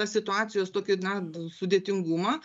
tą situacijos tokį na sudėtingumą